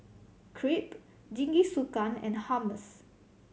Crepe Jingisukan and Hummus